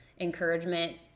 encouragement